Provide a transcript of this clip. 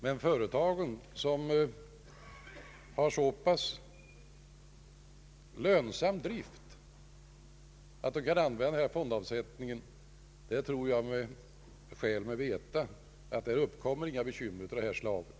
Men jag tror mig veta att för de företag som har så pass lönsam drift att de kan använda fondavsättningen uppkommer inga svårigheter av det här slaget.